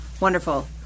Wonderful